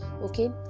Okay